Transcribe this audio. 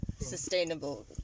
sustainable